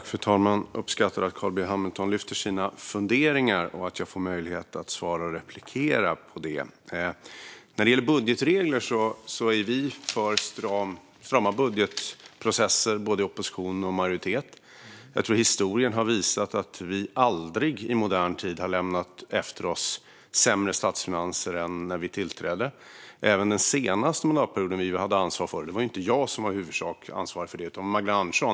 Fru talman! Jag uppskattar att Carl B Hamilton lyfter fram sina funderingar och att jag får möjlighet att svara och replikera på dem. När det gäller budgetregler är vi för strama budgetprocesser både när vi är i opposition och när vi är i majoritet. Jag tror att historien har visat att vi aldrig i modern tid har lämnat efter oss statsfinanser som är sämre än när vi tillträdde. Det gäller även den senaste mandatperioden som vi hade ansvar för. Men då var det inte jag som i huvudsak hade ansvar för statsfinanserna utan Magdalena Andersson.